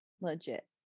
legit